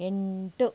ಎಂಟು